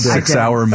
six-hour